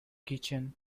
kitchen